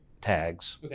tags